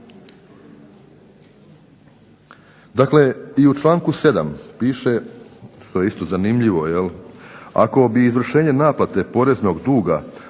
Dakle, i u članku 7. piše, što je isto zanimljivo jel',